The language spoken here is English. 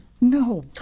No